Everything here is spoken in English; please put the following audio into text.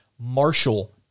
Marshall